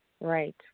Right